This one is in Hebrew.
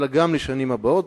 אלא גם לשנים הבאות.